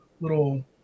little